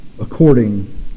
according